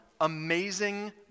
amazing